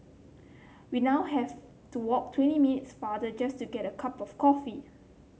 we now have to walk twenty minutes farther just to get a cup of coffee